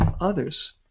others